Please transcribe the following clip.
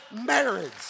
marriage